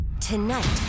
Tonight